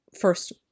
first